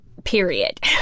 Period